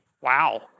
Wow